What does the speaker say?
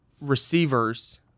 receivers